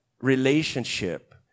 relationship